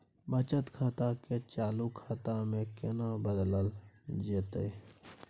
बचत खाता के चालू खाता में केना बदलल जेतै?